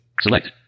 Select